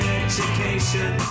education